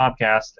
podcast